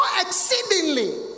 exceedingly